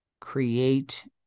create